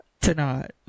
tonight